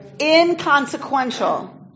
Inconsequential